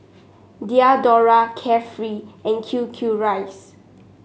Diadora Carefree and Q Q rice